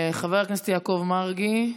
חבר הכנסת יעקב מרגי.